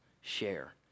share